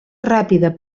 ràpida